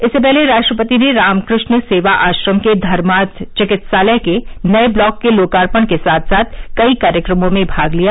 इससे पहले राष्ट्रपति ने रामकृष्ण सेवा आश्रम के धर्माथ चिकित्सालय के नये ब्लॉक के लोकार्पण के साथ साथ कई कार्यक्रमों में भाग लिया